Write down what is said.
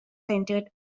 centered